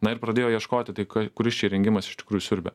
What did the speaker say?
na ir pradėjo ieškoti tai ką kuris čia įrengimas iš tikrųjų siurbia